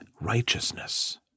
righteousness